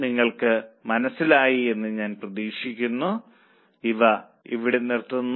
നിങ്ങൾക്ക് മനസിലായി എന്ന് ഞാൻ പ്രതീക്ഷിക്കുന്നു ഇതോടെ ഇവിടെ നിർത്തുന്നു